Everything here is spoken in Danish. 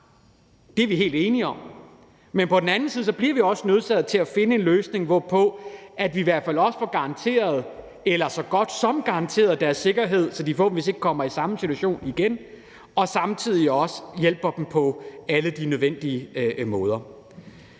det er vi helt enige om, men på den anden side bliver vi også nødt til at finde en løsning, så vi i hvert fald også får garanteret eller får så godt som garanteret deres sikkerhed, så de forhåbentligvis ikke kommer i samme situation igen, og samtidig også hjælper dem på alle de nødvendige måder.